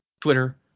Twitter